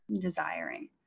desiring